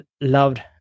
loved